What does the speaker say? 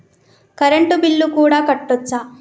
Current bill కూడా కట్టొచ్చా?